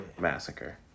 massacre